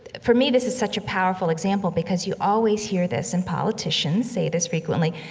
for me this is such a powerful example, because you always hear this and politicians say this frequently.